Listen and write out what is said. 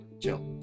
Chill